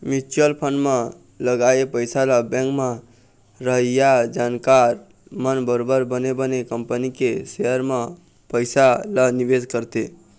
mutual fund म लगाए पइसा ल बेंक म रहइया जानकार मन बरोबर बने बने कंपनी के सेयर म पइसा ल निवेश करथे